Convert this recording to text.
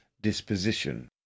disposition